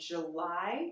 July